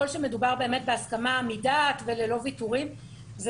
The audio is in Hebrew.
אם מדובר בהסכמה מדעת וללא ויתורים,